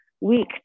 Week